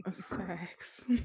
facts